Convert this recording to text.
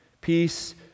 Peace